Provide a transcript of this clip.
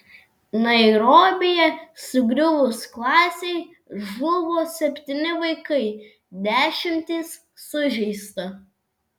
nairobyje sugriuvus klasei žuvo septyni vaikai dešimtys sužeista